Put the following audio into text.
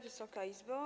Wysoka Izbo!